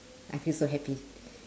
I feel so happy